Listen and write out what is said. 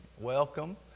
Welcome